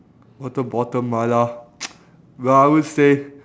water bottle mala well I would say